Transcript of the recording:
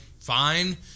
fine